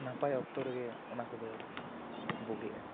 ᱱᱟᱯᱟᱭ ᱚᱠᱛᱚ ᱨᱮᱜᱮ ᱚᱱᱟ ᱠᱚ ᱫᱚ ᱵᱩᱜᱮᱜᱼᱟ